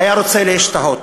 היה רוצה להשתהות,